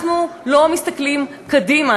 אנחנו לא מסתכלים קדימה,